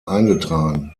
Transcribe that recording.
eingetragen